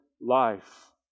life